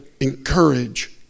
encourage